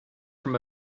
from